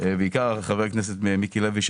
בעיקר חבר כנסת מיקי לוי,